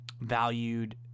Valued